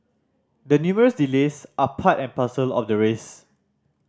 the numerous delays are part and parcel of the race